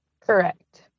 Correct